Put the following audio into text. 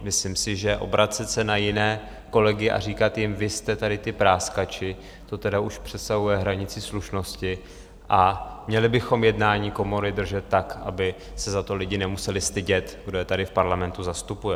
Myslím si, že obracet se na jiné kolegy a říkat jim, vy jste tady ti práskači, to tedy už přesahuje hranici slušnosti a měli bychom jednání komory držet tak, aby se za to lidé nemuseli stydět, kdo je tady v parlamentu zastupuje.